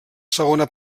segona